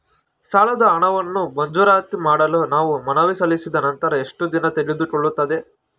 ಸಾಲದ ಹಣವನ್ನು ಮಂಜೂರಾತಿ ಮಾಡಲು ನಾವು ಮನವಿ ಸಲ್ಲಿಸಿದ ನಂತರ ಎಷ್ಟು ದಿನ ತೆಗೆದುಕೊಳ್ಳುತ್ತದೆ?